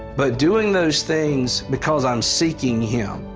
but doing those things because i'm seeking him.